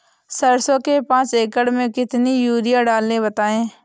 सरसो के पाँच एकड़ में कितनी यूरिया डालें बताएं?